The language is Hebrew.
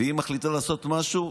ואם היא מחליטה לעשות משהו,